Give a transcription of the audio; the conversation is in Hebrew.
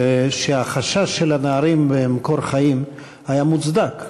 שהחשש של הנערים ב"מקור חיים" היה מוצדק,